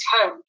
home